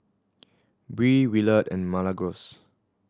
Bree Willard and Milagros